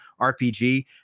RPG